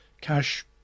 cash